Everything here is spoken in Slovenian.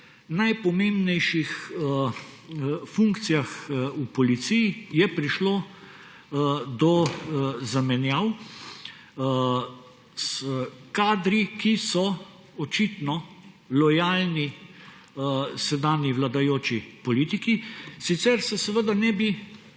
najpomembnejših funkcijah v policiji je prišlo do zamenjav s kadri, ki so očitno lojalni sedanji vladajoči politiki, sicer se ne bi